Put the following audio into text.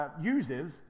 uses